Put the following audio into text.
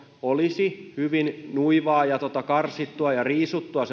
olisi hyvin nuivaa ja karsittua ja riisuttua